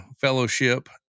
fellowship